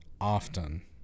often